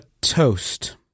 toast